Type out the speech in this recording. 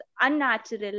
unnatural